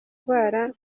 ngwara